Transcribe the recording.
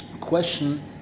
Question